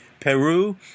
Peru